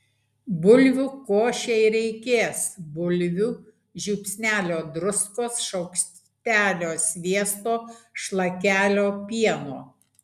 bulvių košei reikės bulvių žiupsnelio druskos šaukštelio sviesto šlakelio pieno